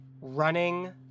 running